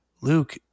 luke